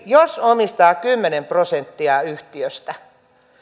jos omistaa kymmenen prosenttia yhtiöstä